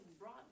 brought